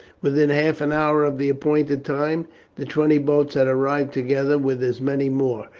within half an hour of the appointed time the twenty boats had arrived together with as many more,